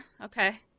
Okay